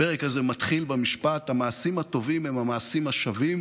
הפרק הזה מתחיל במשפט: המעשים הטובים הם המעשים השווים,